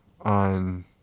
on